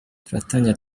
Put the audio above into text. turatangira